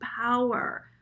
power